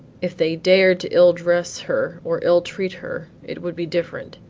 if they dared to ill-dress her or ill-treat her, it would be different.